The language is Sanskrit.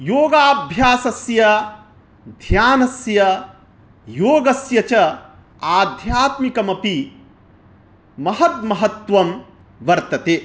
योगाभ्यासस्य ध्यानस्य योगस्य च आध्यात्मिकमपि महद् महत्त्वं वर्तते